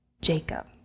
Jacob